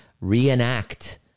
reenact